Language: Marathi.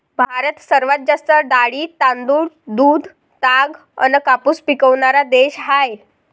भारत जगात सर्वात जास्त डाळी, तांदूळ, दूध, ताग अन कापूस पिकवनारा देश हाय